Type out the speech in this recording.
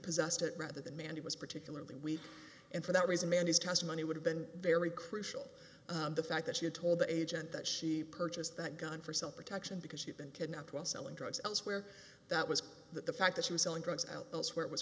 possessed it rather than man he was particularly weak and for that reason man his testimony would have been very crucial the fact that she told the agent that she purchased that gun for self protection because she'd been kidnapped while selling drugs elsewhere that was that the fact that she was selling drugs out that's where it was